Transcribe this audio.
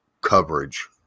coverage